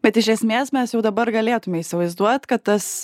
bet iš esmės mes jau dabar galėtume įsivaizduot kad tas